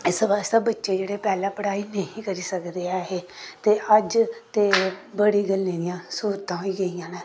इस बास्तै बच्चे जेह्ड़े पैह्लें पढ़ाई नेईं हे करी सकदे ऐ हे ते अज्ज ते बड़ी गल्लें दियां स्हूलतां होई गेइयां न